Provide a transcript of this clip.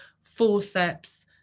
forceps